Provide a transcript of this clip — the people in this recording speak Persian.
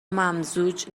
ممزوج